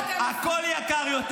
הכול יקר יותר.